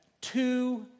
two